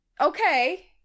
okay